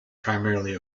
primarily